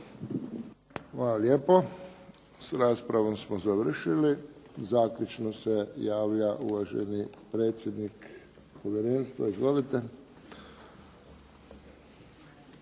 Hvala lijepo. S raspravom smo završili. Zaključno se javlja uvaženi predsjednik povjerenstva. Izvolite.